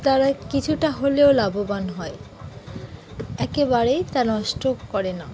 তারা কিছুটা হলেও লাভবান হয় একেবারেই তা নষ্ট করে না